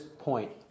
point